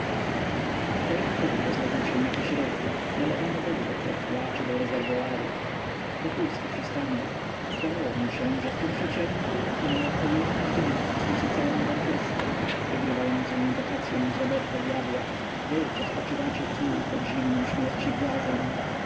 w tej chwili rozległ się jakiś ryk nalewano wody do kotła czy do rezerwoaru wokulski przystanął zdawało mu się że w tym przeciągłym i melancholijnym dźwięku słyszy całą orkiestrę wygrywającą inwokacyą z roberta dyabła wy co spoczywacie tu pod zimnym śmierci głazem